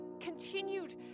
continued